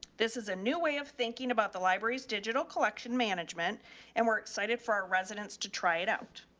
this is a new way of thinking about the library's digital collection management and we're excited for our residents to try it out.